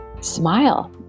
smile